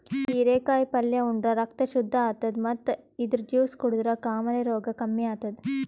ಹಿರೇಕಾಯಿ ಪಲ್ಯ ಉಂಡ್ರ ರಕ್ತ್ ಶುದ್ದ್ ಆತದ್ ಮತ್ತ್ ಇದ್ರ್ ಜ್ಯೂಸ್ ಕುಡದ್ರ್ ಕಾಮಾಲೆ ರೋಗ್ ಕಮ್ಮಿ ಆತದ್